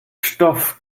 stoff